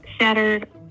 shattered